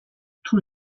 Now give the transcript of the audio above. tout